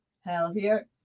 Healthier